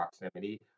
proximity